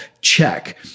check